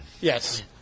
Yes